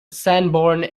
sanborn